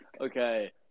Okay